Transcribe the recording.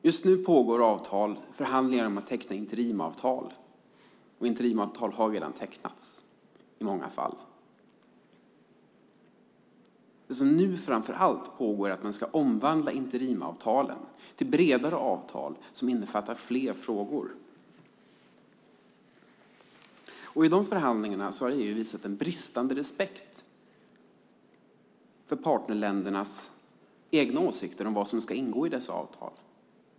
Just nu pågår förhandlingar om att teckna interimavtal, och sådana har redan tecknats i många fall. Det som nu framför allt pågår är att man ska omvandla interimavtalen till bredare avtal som innefattar fler frågor. I de förhandlingarna har EU visat en bristande respekt för partnerländernas egna åsikter om vad som ska ingå i avtalen.